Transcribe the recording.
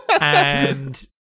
And-